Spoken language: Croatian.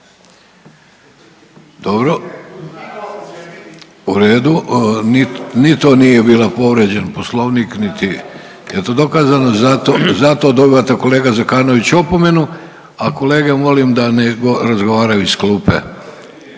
Dobro, u redu ni to nije bila povrijeđen Poslovnik niti je to dokazano, zato, zato dobivate kolega Zekanović opomenu, a kolege molim da ne razgovaraju iz klupe.